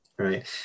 Right